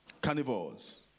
Carnivores